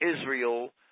Israel